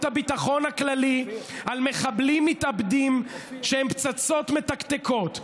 הביטחון הכללי על מחבלים מתאבדים שהם פצצות מתקתקות,